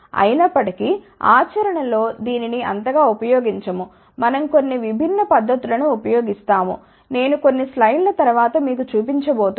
అయినప్పటి కీ ఆచరణలో దీనిని అంతగా ఉపయోగించము మనం కొన్ని విభిన్న పద్ధతులను ఉపయోగిస్తాము నేను కొన్ని స్లైడ్ల తరువాత మీకు చూపించబోతున్నాను